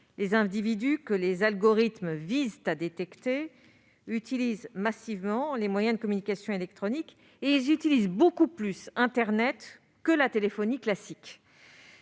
Les individus que les algorithmes visent à détecter utilisent massivement les moyens de communication électroniques et ils utilisent beaucoup plus internet que la téléphonie classique.